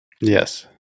Yes